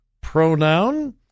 pronoun